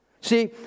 See